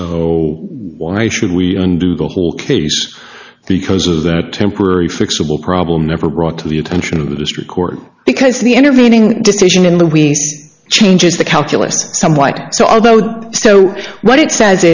so why should we undo the whole case because of the temporary fixable problem never brought to the attention of this record because the intervening decision in the we changes the calculus somewhat so although do so what it says